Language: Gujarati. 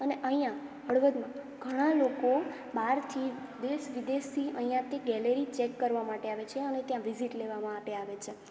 અને અહીંયાં હળવદમાં ઘણા લોકો બહારથી દેશ વિદેશથી અહીંયાંથી ગેલેરી ચેક કરવા માટે આવે છે અને ત્યાં વિઝિટ લેવા માટે આવે છે